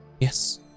Yes